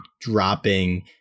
dropping